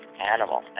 animal